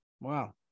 Wow